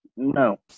No